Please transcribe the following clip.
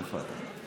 איפה אתה.